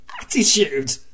attitude